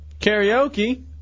Karaoke